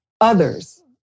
others